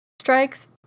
Strikes